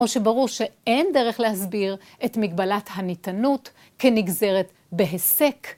או שברור שאין דרך להסביר את מגבלת הניתנות כנגזרת בהיסק.